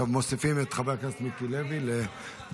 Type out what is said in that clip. טוב, מוסיפים את חבר הכנסת מיקי לוי בעד.